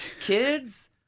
kids